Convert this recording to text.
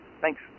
Thanks